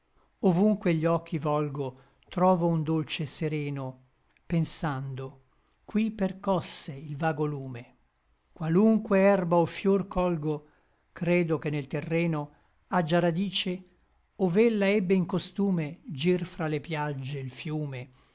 ovunque gli occhi volgo trovo un dolce sereno pensando qui percosse il vago lume qualunque herba o fior colgo credo che nel terreno aggia radice ov'ella ebbe in costume gir fra le piagge e l fiume